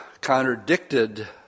contradicted